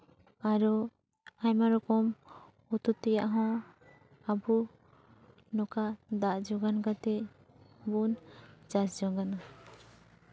ᱟᱨᱚ ᱟᱭᱢᱟ ᱨᱚᱠᱚᱢ ᱩᱛᱩ ᱛᱮᱭᱟᱜ ᱦᱚᱸ ᱟᱵᱚ ᱱᱚᱝᱠᱟ ᱫᱟᱜ ᱡᱳᱜᱟᱱ ᱠᱟᱛᱮᱫ ᱵᱚᱱ ᱪᱟᱥ ᱡᱚᱝ ᱠᱟᱱᱟ